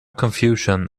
confusion